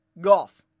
golf